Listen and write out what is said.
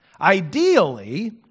Ideally